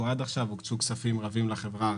הוקצו כספים רבים גם לחברה הערבית.